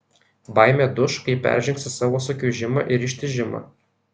baimė duš kai peržengsi savo sukiužimą ir ištižimą